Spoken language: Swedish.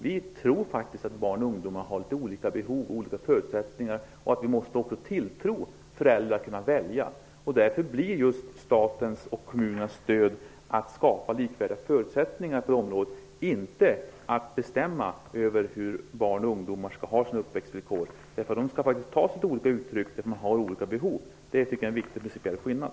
Vi tror faktiskt att barn och ungdomar har olika behov och olika förutsättningar och att vi måste tilltro föräldrar att kunna välja. Därför blir statens och kommunernas uppgift att skapa likvärdiga förutsättningar på området, inte att bestämma över barns och ungdomars uppväxtvillkor. Det kan ta sig olika uttryck därför att man har olika behov. Det tycker jag är en viktig principiell skillnad.